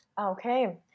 okay